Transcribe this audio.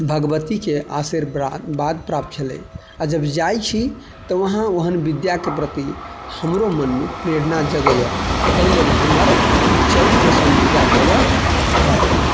भगवतीके आशीर्वाद बाद प्राप्त छलै आओर जब जाइ छी तऽ उहाँ ओहन विद्याके प्रति हमरो मनमे प्रेरणा जगैए ताहि लेल हमर उच्चैठ पसन्दीदा जगह हय